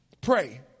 Pray